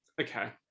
Okay